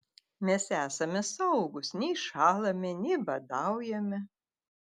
mes esame saugūs nei šąlame nei badaujame